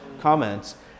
comments